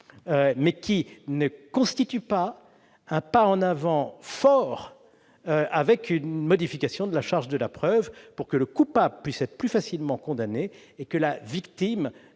prudente, ne constitue pas un pas en avant fort avec une modification de la charge de la preuve, afin que le coupable puisse être plus facilement condamné et que la victime